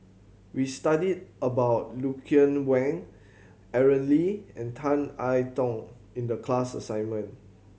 we studied about Lucien Wang Aaron Lee and Tan I Tong in the class assignment